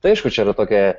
tai aišku čia yra tokia